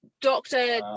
doctor